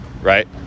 Right